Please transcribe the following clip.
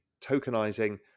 tokenizing